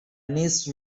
niece